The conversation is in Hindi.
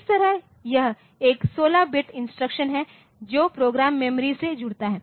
इस तरह यह एक 16 बिट इंस्ट्रक्शन है जो प्रोग्राम मेमोरी से जुड़ता है